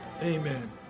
Amen